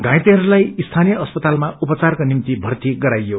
घाइतेहरूलाई स्थाीय अस्पतालमा उपचारको निम्ति भर्ती गराइयो